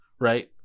right